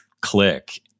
click